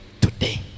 today